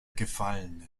gefallenen